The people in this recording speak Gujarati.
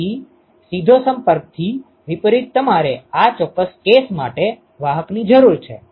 તેથી સીધો સંપર્કથી વિપરીત તમારે આ ચોક્કસ કેસ માટે વાહકની જરૂર છે